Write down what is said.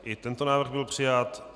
I tento návrh byl přijat.